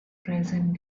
present